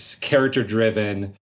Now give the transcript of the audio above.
character-driven